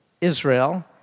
Israel